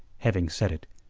having said it,